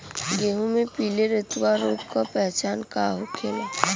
गेहूँ में पिले रतुआ रोग के पहचान का होखेला?